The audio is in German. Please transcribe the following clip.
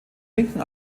linken